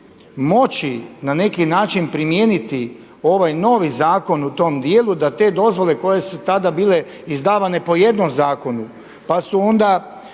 moći na neki način primijeniti ovaj novi zakon u tom dijelu da te dozvole koje su tada bile izdavane po jednom zakonu, pa su onda